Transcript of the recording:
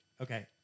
okay